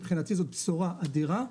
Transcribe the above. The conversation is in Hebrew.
מבחינתי זאת בשורה אדירה.